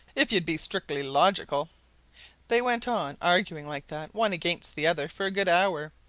if you'd be strictly logical they went on arguing like that, one against the other, for a good hour,